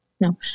no